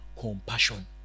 compassion